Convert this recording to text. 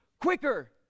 quicker